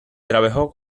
trabajó